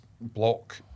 block